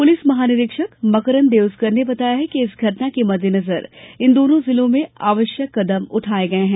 police महानिरीक्षक मकरंद देउस्कर ने बताया कि इस घटना के मद्देनजर इन दोनों जिलों में आवश्यक कदम उठाए गए हैं